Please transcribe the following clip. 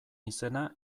izena